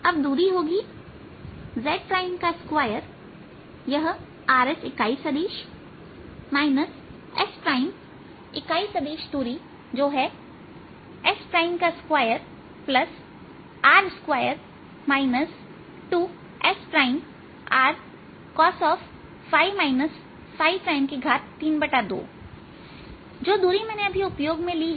अब दूरी होगी z 2 यह r s इकाई सदिश sइकाई सदिश दूरी जो है s 2r2 2srcos 232जो दूरी मैंने अभी उपयोग में ली है